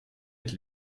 het